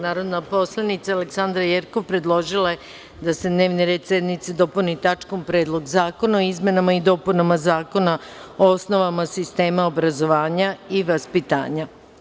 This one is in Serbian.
Narodna poslanica Aleksandra Jerkov predložila je da se dnevni red sednice dopuni tačkom – Predlog zakona o izmenama i dopunama Zakona o osnovama sistema obrazovanja i vaspitanja.